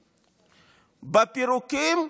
בפירוקים,